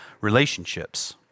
relationships